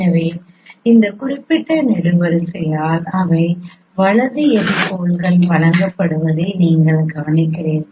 எனவே இந்த குறிப்பிட்ட நெடுவரிசையால் அவை வலது எபிபோல்கள் வழங்கப்படுவதை நீங்கள் கவனிக்கிறீர்கள்